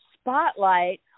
spotlight